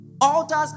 altars